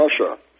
Russia